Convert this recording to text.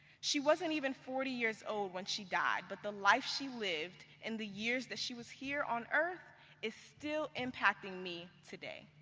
she wasn't even forty years old when she died, but the life she lived in the years that she was here on earth is still impacting me today.